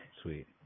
Sweet